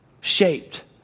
shaped